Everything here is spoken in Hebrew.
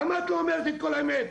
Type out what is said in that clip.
למה את לא אומרת לי את כל האמת?